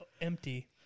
empty